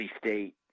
State